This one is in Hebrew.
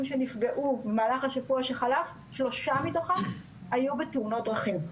שנפגעו במהלך השבוע שחלף שלושה מתוכם היו בתאונות דרכים.